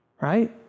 right